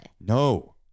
No